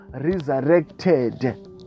resurrected